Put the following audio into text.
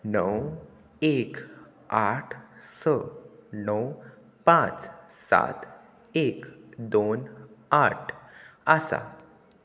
णव एक आठ स णव पांच सात एक दोन आठ आसा